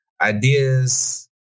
Ideas